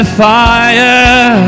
fire